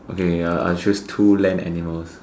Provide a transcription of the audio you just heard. okay uh I'll choose two land animals